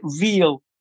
real